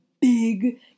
big